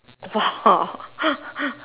!wah!